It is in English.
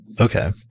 Okay